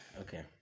Okay